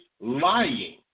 lying